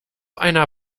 einer